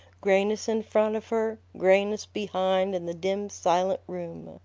grayness in front of her, grayness behind in the dim, silent room.